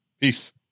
Peace